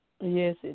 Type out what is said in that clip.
Yes